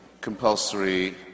compulsory